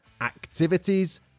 activities